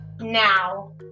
now